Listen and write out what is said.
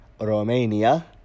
Romania